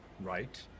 right